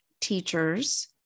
teachers